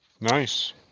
Nice